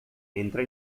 entra